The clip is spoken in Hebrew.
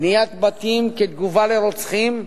בניית בתים כתגובה לרוצחים,